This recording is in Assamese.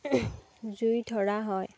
জুই ধৰা হয়